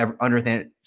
understand